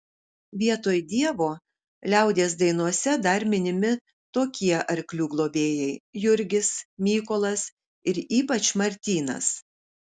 vietoj dievo liaudies dainose dar minimi tokie arklių globėjai jurgis mykolas ir ypač martynas